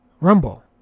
Rumble